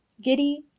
giddy